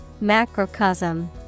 Macrocosm